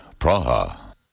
Praha